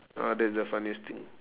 ah that's the funniest thing